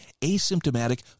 asymptomatic